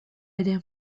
ere